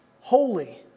holy